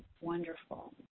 wonderful